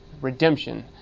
Redemption